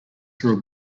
through